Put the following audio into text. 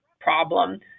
problem